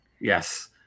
Yes